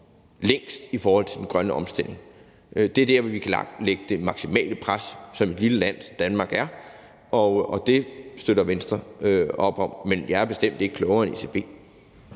længst i forhold til den grønne omstilling. Det er der, hvor vi som det lille land, Danmark er, kan lægge det maksimale pres, og det støtter Venstre op om. Men jeg er bestemt ikke klogere end ECB.